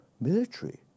military